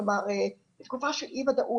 בתקופה של אי-ודאות,